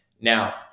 Now